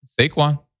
Saquon